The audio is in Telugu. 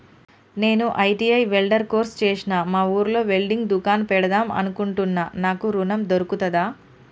నేను ఐ.టి.ఐ వెల్డర్ కోర్సు చేశ్న మా ఊర్లో వెల్డింగ్ దుకాన్ పెడదాం అనుకుంటున్నా నాకు ఋణం దొర్కుతదా?